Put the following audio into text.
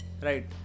Right